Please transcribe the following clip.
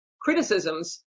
criticisms